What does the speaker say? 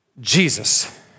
Jesus